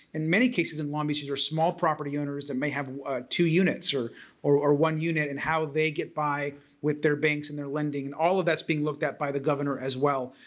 in many cases in long beach, are small property owners that may have two units or or one unit and how they get by with their banks and their lending and all of that's being looked at by the governor as well.